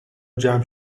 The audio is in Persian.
جمع